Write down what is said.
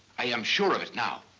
i am sure of it now.